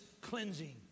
cleansing